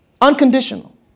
Unconditional